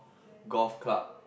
golf club